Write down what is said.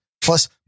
Plus